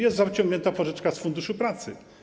Jest zaciągnięta pożyczka z Funduszu Pracy.